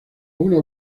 una